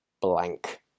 blank